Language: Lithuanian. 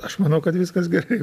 aš manau kad viskas gerai